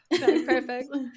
perfect